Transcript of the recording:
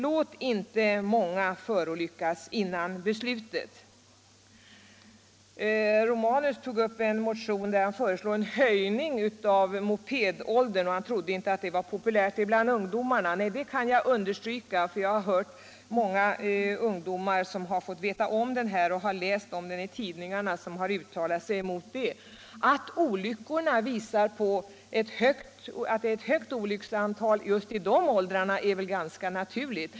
Låt inte många fler människor förolyckas genom att dröja med ett beslut! Gabriel Romanus tog upp en motion med förslag om höjning av mopedåldern. Han trodde inte detta skulle bli populärt bland ungdomarna. Det kan jag understryka. Jag har hört många ungdomar uttala sig mot ett sådant förslag efter att ha läst om det i tidningarna. Att antalet olyckor är högst just i denna åldersgrupp är ganska naturligt.